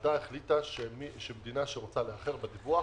הוועדה החליטה שמדינה שרוצה לאחר בדיווח,